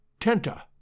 Tenta